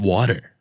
Water